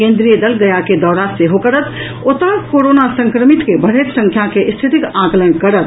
केंद्रीय दल गया के दौरा सेहो करत आ ओतऽ कोरोना संक्रमित के बढ़ैत संख्या के स्थितिक आकलन करत